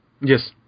Yes